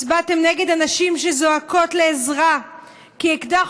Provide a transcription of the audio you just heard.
הצבעתם נגד הנשים שזועקות לעזרה כי אקדח